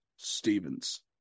Stevens